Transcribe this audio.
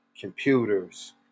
computers